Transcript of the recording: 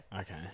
Okay